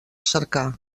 cercar